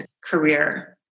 career